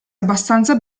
abbastanza